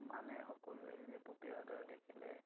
মানে সকলোৱে যে পপীয়া তৰা দেখিলে